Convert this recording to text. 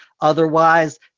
Otherwise